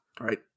Right